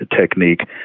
technique